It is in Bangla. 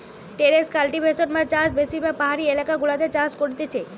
টেরেস কাল্টিভেশন বা চাষ বেশিরভাগ পাহাড়ি এলাকা গুলাতে করতিছে